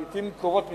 לעתים קרובות מדי,